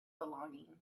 belongings